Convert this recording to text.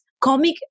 comic